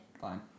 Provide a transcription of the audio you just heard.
Fine